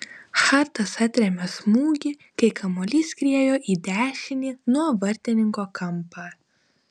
hartas atrėmė smūgį kai kamuolys skriejo į dešinį nuo vartininko kampą